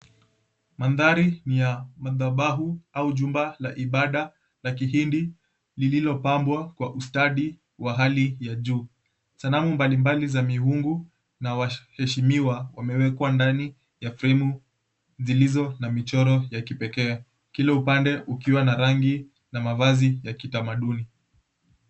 Mandhari ya madhabahu au jumba la ibada na Kihindi. Lililopambwa kwa ustadi wa hali ya juu. Sanamu mbalimbali za miungu na waheshimiwa wamewekwa ndani ya fremu, zilizo na michoro ya kipekee. Kila upande ukiwa na rangi, na mavazi ya kitamaduni.